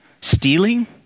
Stealing